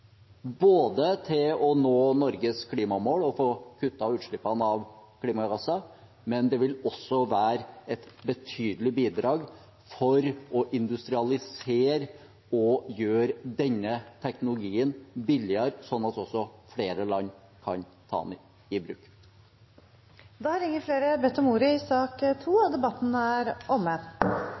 til å nå Norges klimamål og få kuttet utslippene av klimagasser, men det vil også være et betydelig bidrag til å industrialisere og gjøre denne teknologien billigere, sånn at også flere land kan ta den i bruk. Flere har ikke bedt om ordet til sak nr. 2. Etter ønske fra energi- og miljøkomiteen vil presidenten ordne debatten